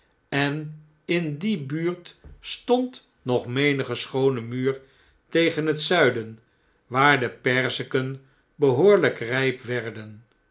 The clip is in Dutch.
en in die buurt stond nog menige schoone muur tegen het zuiden waar de perziken behoorljjk rjjp werden